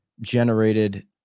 generated